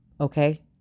okay